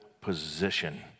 position